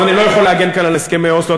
אני לא יכול להגן כאן על הסכמי אוסלו,